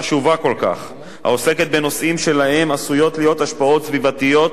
העוסקת בנושאים שעשויות להיות להם השפעות סביבתיות מרחיקות לכת,